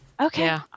Okay